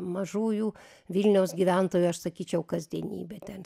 mažųjų vilniaus gyventojų aš sakyčiau kasdienybė ten